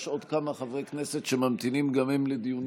יש עוד כמה חברי כנסת שממתינים גם הם לדיונים.